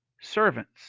servants